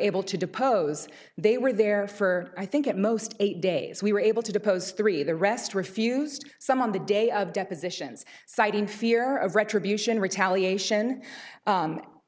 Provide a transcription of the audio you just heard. able to depose they were there for i think at most eight days we were able to depose three the rest refused some on the day of depositions citing fear of retribution retaliation